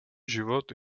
život